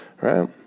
right